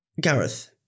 Gareth